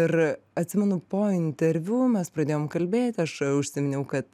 ir atsimenu po interviu mes pradėjom kalbėti aš užsiminiau kad